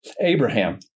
Abraham